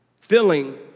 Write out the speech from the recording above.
filling